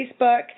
Facebook